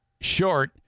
short